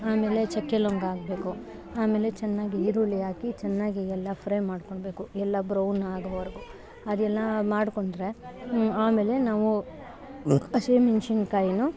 ಆಮೇಲೆ ಚಕ್ಕೆ ಲವಂಗ ಹಾಕ್ಬೇಕು ಆಮೇಲೆ ಚೆನ್ನಾಗಿ ಈರುಳ್ಳಿ ಹಾಕಿ ಚೆನ್ನಾಗಿ ಎಲ್ಲ ಫ್ರೈ ಮಾಡ್ಕೋಳ್ಬೇಕು ಎಲ್ಲ ಬ್ರೌನ್ ಆಗೋವರ್ಗು ಅದೆಲ್ಲ ಮಾಡ್ಕೊಂಡ್ರೆ ಆಮೇಲೆ ನಾವು ಹಸಿಮೆಣ್ಸಿನ್ಕಾಯಿಯು